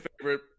Favorite